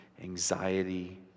anxiety